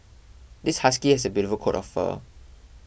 this husky has a beautiful coat of fur